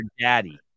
daddy